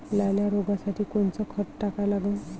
लाल्या रोगासाठी कोनचं खत टाका लागन?